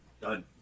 done